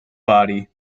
body